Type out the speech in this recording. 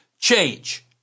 change